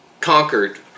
conquered